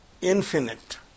infinite